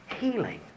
healing